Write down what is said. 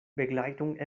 begleitung